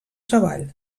treball